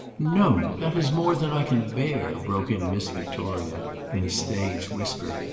no! that is more than i can bear! broke in miss victoria in a stage whisper,